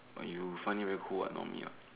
but you find it very cool what normally ya